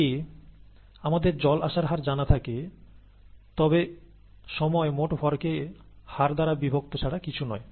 যদি আমাদের জল আসার হার জানা থাকে তাহলে সময় মোট ভরহার ছাড়া আর কিছুই নয়